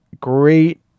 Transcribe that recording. great